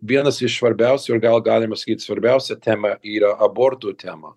vienas iš svarbiausių ir gal galima sakyt svarbiausia tema yra abortų tema